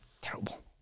terrible